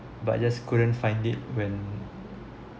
but I just couldn't find it when